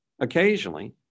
occasionally